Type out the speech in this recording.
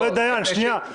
חבר הכנסת דיין, שנייה.